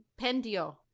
pendio